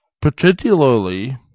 particularly